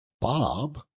bob